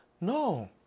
No